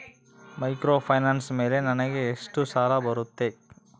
Microfinance ಮೇಲೆ ನನಗೆ ಎಷ್ಟು ಸಾಲ ಬರುತ್ತೆ?